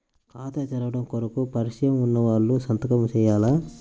ఖాతా తెరవడం కొరకు పరిచయము వున్నవాళ్లు సంతకము చేయాలా?